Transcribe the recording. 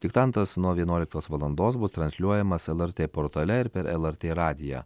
diktantas nuo vienuoliktos valandos bus transliuojamas lrt portale ir per lrt radiją